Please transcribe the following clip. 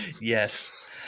yes